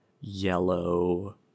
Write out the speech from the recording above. yellow